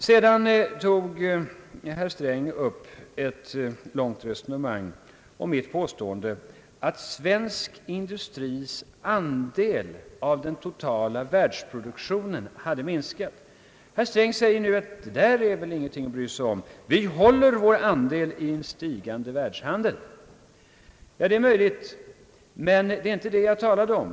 Sedan förde herr Sträng ett långt resonemang om mitt påstående att svensk industris andel av den totala världsproduktionen hade minskat. Herr Sträng säger nu att »det där är inte något att bry sig om, vi håller vår andel i den stigande världshandeln». Det är möjligt, men det var inte det jag talade om.